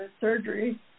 surgery